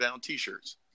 T-shirts